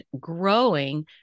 growing